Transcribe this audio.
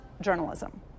journalism